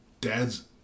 dad's